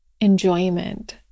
enjoyment